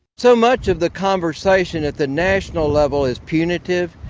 so much of the conversation at the national level is punitive,